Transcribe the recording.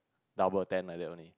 double ten like that only